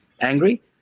angry